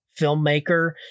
filmmaker